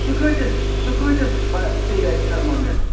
سُہ کۭتِس سُہ کۭتِس پے اَسہِ تھٔرمامیٖٹَر